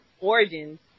Origins